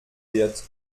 wird